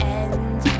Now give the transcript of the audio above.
end